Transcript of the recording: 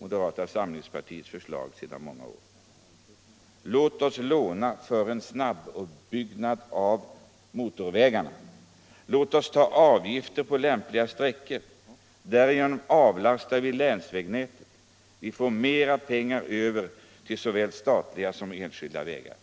moderata samlingspartiets förslag sedan många år. Låt oss låna för en snabbuppbyggnad av motorvägar, låt oss ta ut avgifter på lämpliga sträckor. Därigenom avlastar vi länsvägnätet. Vi får mer pengar över till såväl statliga som enskilda vägar.